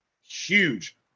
huge